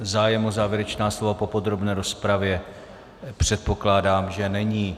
Zájem o závěrečná slova po podrobné rozpravě, předpokládám, není.